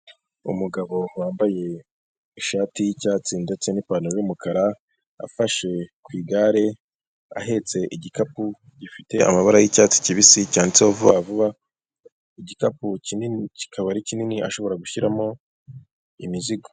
Umugabo wambaye ishati y'icyatsi ndetse n'ipantaro y'umukara afashe ku igare ahetse igikapu gifite amabara y'icyatsi kibisi cyanditseho vuba vuba igikapu kinini kikaba ari kinini ashobora gushyiramo imizigo.